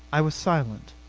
i was silent,